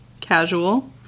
Casual